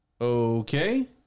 Okay